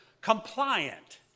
compliant